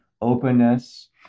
openness